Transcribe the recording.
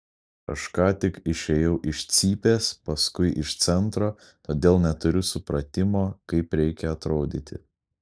aš ką tik išėjau iš cypės paskui iš centro todėl neturiu supratimo kaip reikia atrodyti